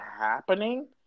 happening